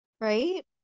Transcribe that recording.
Right